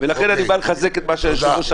אולי בהגדרה החוקית התכוונתם לסגור עם קירות,